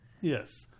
Yes